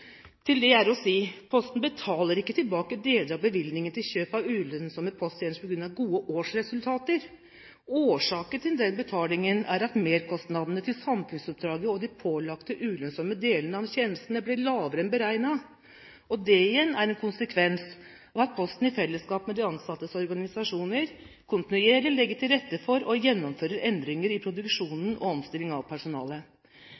Til det er å si: Posten betaler ikke tilbake deler av bevilgningen til kjøp av ulønnsomme posttjenester på grunn av gode årsresultater. Årsaken til den betalingen er at merkostnadene til samfunnsoppdraget og de pålagte ulønnsomme delene av tjenestene ble lavere enn beregnet. Det igjen er en konsekvens av at Posten, i fellesskap med de ansattes organisasjoner, kontinuerlig legger til rette for og gjennomfører endringer i